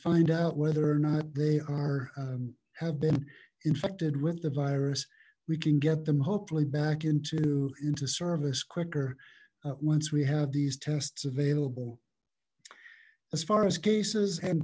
find out whether or not they are have been infected with the virus we can get them hopefully back into into service quicker once we have these tests available as far as cases